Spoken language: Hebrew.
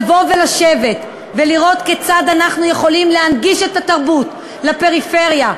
לבוא ולשבת ולראות כיצד אנחנו יכולים להנגיש את התרבות לפריפריה,